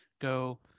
go